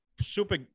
super